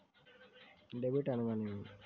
Debit అనగానేమి?